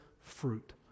fruit